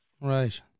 Right